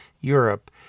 Europe